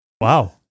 Wow